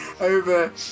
over